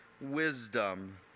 wisdom